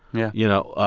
yeah. you know?